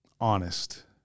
honest